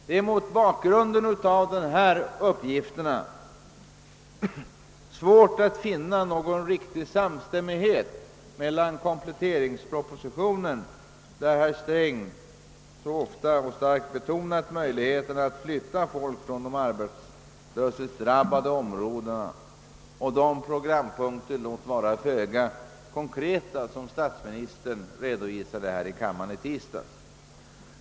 Det är mot denna bakgrund svårt att finna någon riktig samstämmighet mellan kompletteringspropositionen, där herr Sträng så ofta och så starkt betonar möjligheterna att flytta folk från de arbetslöshetsdrabbade områdena, och de programpunkter — låt vara föga konkreta — som statsministern redovisade här i kammaren i tisdags.